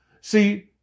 See